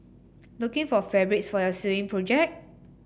looking for fabrics for your sewing project